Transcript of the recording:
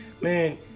Man